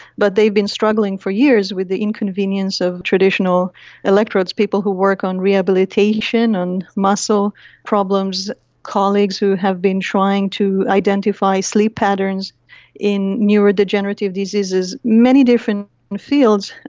but they've been struggling for years with the inconvenience of traditional electrodes. people who work on rehabilitation, on muscle problems, colleagues who have been trying to identify sleep patterns in neurodegenerative diseases, many different fields,